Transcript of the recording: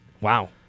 Wow